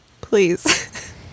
please